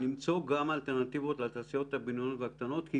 למצוא גם אלטרנטיבות לתעשיות הבינוניות והקטנות כי